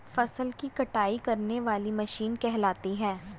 फसल की कटाई करने वाली मशीन कहलाती है?